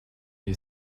you